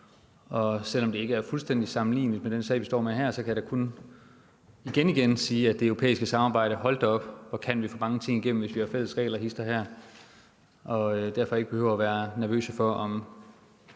Og selv om det ikke er fuldstændig sammenligneligt med den sag, vi står med her, kan jeg da kun igen igen sige om det europæiske samarbejde, at hold da op, hvor kan vi få mange ting igennem, hvis vi har fælles regler hist og her og derfor ikke behøver at være nervøse for, om